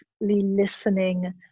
listening